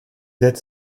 dettes